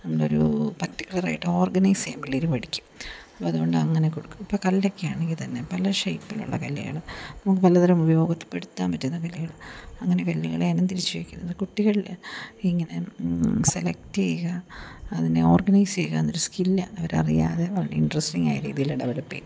നല്ലൊരു പർട്ടിക്കുലർ ആയിട്ട് ഓർഗനൈസ് ചെയ്യാൻ പിള്ളേർ പഠിക്കും അപ്പം അതുകൊണ്ട് അങ്ങനെ കൊടുക്കുക ഇപ്പം കല്ലൊക്കെയാണെങ്കിൽ തന്നെ പല ഷേപ്പിലുള്ള കല്ലുകൾ നമുക്ക് പലതരം ഉപയോഗത്തിൽപ്പെടുത്താൻ പറ്റുന്ന കല്ലുകൾ അങ്ങനെ കല്ലുകളെ ഇനം തിരിച്ച് വെക്കുന്നത് കുട്ടികളിൽ ഇങ്ങനെ സെലെക്റ്റ് ചെയ്യുക അതിനെ ഓർഗനൈസ്സ് ചെയ്യുക എന്ന ഒരു സ്കില്ല് അവർ അറിയാതെ അവരുടെ ഇൻട്രസ്റ്റിങ് ആയ രീതിയിൽ ഡെവലപ്പ് ചെയ്യും